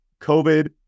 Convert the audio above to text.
COVID